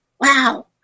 wow